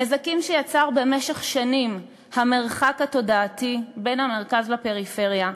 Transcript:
הנזקים שיצר במשך שנים המרחק התודעתי שבין המרכז לפריפריה,